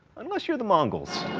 unless you're the mongols.